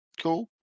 cool